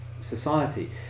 society